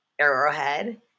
arrowhead